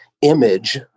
image